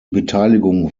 beteiligung